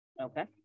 Okay